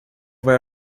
vai